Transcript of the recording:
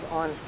on